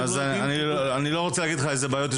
אני לא רוצה להגיד לך איזה בעיות יש